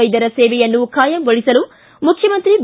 ವ್ನೆದ್ದರ ಸೇವೆಯನ್ನು ಖಾಯಂಗೊಳಿಸಲು ಮುಖ್ಯಮಂತ್ರಿ ಬಿ